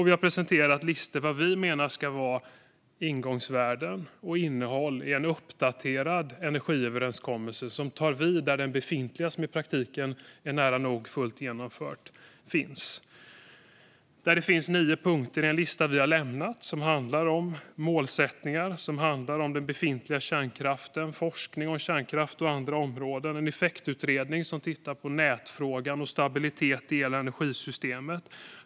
Vi har presenterat listor med vad vi menar ska vara ingångsvärden och innehåll i en uppdaterad energiöverenskommelse som tar vid där den befintliga, i praktiken nära nog fullt genomförd, finns. Det finns nio punkter i en lista som vi har lämnat. Det handlar om målsättningar och den befintliga kärnkraften. Det handlar om forskning om kärnkraft och andra områden och en effektutredning som tittar på nätfrågan och stabilitet i hela energisystemet.